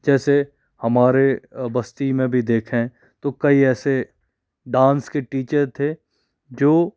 जैसे हमारे बस्ती में भी देखें तो कई ऐसे डांस के टीचर थे जो